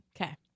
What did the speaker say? Okay